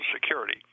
Security